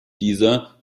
dieser